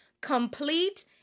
Complete